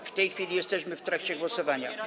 W tej chwili jesteśmy w trakcie głosowania.